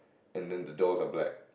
and then the doors are black